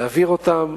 להעביר אותם